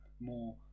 more